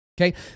Okay